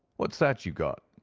what's that you've got?